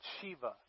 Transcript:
Shiva